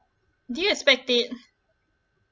did you expect it